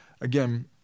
again